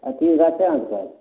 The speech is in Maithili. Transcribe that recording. सेब गाछ छै अहाँके पास